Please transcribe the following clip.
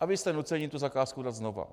a vy jste nuceni tu zakázku udělat znova.